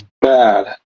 bad